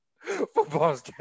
Football's